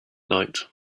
night